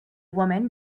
woman